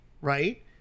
Right